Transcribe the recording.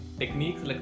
techniques